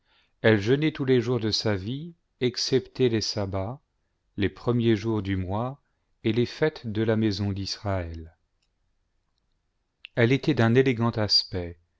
elle jeûnait tous les jours de sa vie excepté les sabbats les premiers jours du mois et les fêtes de la maison d'israël elle était d'un élégant aspect